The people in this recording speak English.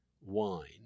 wine